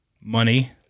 money